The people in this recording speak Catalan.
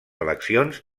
eleccions